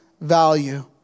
value